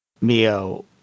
Mio